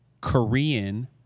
Korean